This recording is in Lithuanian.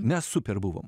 mes super buvom